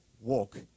walk